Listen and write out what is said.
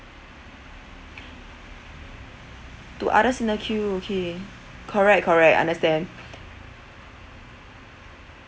to others in the queue okay correct correct understand